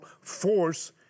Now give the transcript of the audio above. force